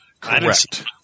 Correct